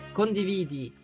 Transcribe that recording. condividi